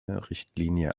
richtlinie